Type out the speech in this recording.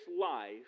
life